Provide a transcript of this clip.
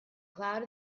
cloud